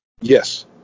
Yes